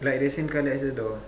like the same colour as the door